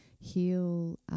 heal